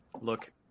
Look